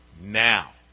now